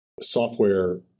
software